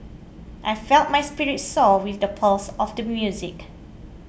I felt my spirits soar with the pulse of the music